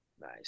nice